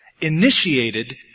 initiated